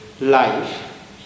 life